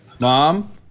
Mom